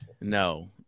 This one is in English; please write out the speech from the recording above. no